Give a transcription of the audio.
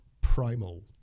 primal